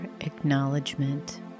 acknowledgement